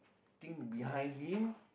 thing behind him